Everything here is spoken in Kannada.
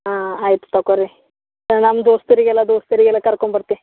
ಹಾಂ ಆಯ್ತು ತಕೋರಿ ನಮ್ಮ ದೋಸ್ತುರಿಗೆಲ್ಲ ದೋಸ್ತರಿಗೆಲ್ಲ ಕರ್ಕೊಂಬರ್ತೆ